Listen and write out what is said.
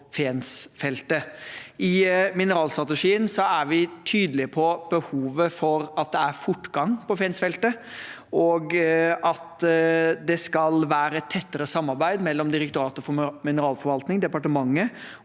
I mineralstrategien er vi tydelige på behovet for fortgang på Fensfeltet, og at det skal være tettere samarbeid mellom Direktoratet for mineralforvaltning, departementet